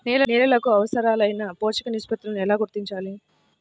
నేలలకు అవసరాలైన పోషక నిష్పత్తిని ఎలా గుర్తించాలి?